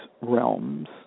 realms